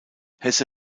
hesse